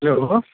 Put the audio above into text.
hello